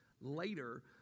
later